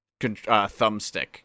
thumbstick